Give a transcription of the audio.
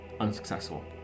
unsuccessful